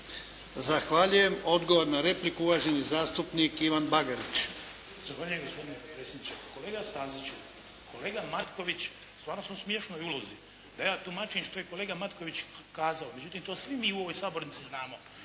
Zahvaljujem. Odgovor na repliku uvaženi zastupnik Ivan Bagarić. **Bagarić, Ivan (HDZ)** Zahvaljujem gospodine predsjedniče, pa kolega Staziću, kolega Matković, stvarno smo u smiješnoj iluziji. Da ja tumačim što je kolega Matković kazao. Međutim, to svi mi u ovoj sabornici znamo.